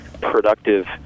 productive